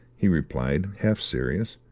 he replied, half-serious.